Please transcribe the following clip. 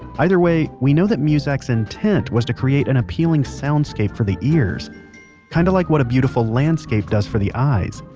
either way, we know that muzak's intent was to create an appealing soundscape for the ears kinda like what a beautiful landscape does for the eyes.